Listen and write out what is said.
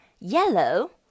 Yellow